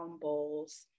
bowls